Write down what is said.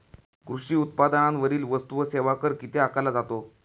कृषी उत्पादनांवरील वस्तू व सेवा कर किती आकारला जातो?